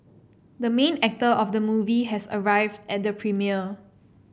the main actor of the movie has arrived at the premiere